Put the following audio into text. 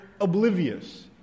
oblivious